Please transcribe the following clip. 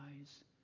eyes